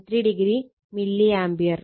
13o milli ampere